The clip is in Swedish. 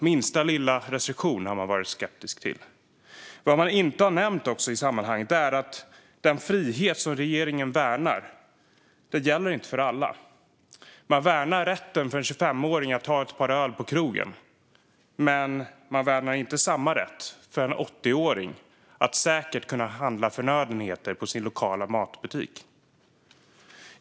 Man har varit skeptisk till minsta lilla restriktion. Vad man inte har nämnt i sammanhanget är att den frihet som regeringen värnar inte gäller för alla. Man värnar rätten för en 25-åring att ta ett par öl på krogen. Men man värnar inte samma rätt för en 80-åring att säkert kunna handla förnödenheter på sin lokala matbutik.